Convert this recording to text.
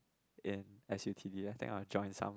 in s_u_t_d I think i will join some